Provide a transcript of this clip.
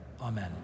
amen